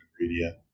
ingredient